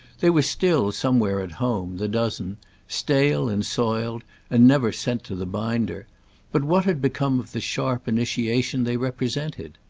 they were still somewhere at home, the dozen stale and soiled and never sent to the binder but what had become of the sharp initiation they represented?